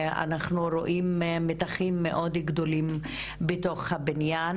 אנחנו רואים מתחים מאוד גדולים בתוך הבניין,